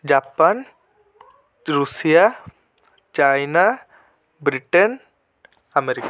Japan Russia China Britain America